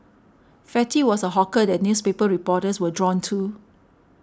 Fatty was a hawker that newspaper reporters were drawn to